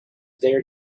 there